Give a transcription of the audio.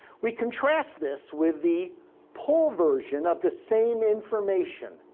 we contrast this with the pull version of the same information.